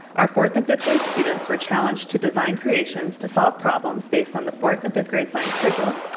our fourth and fifth grade students were challenged to design creations to solve problems based on the fourth and fifth grade science curriculum.